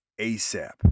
ASAP